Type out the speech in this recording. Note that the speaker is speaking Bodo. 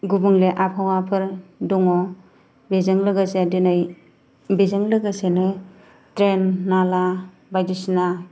गुबुंले आबहावाफोर दङ बेजों लोगोसे दिनै बेजों लोगोसेनो ड्रेन नाला बायदिसिना